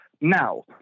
Now